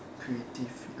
creative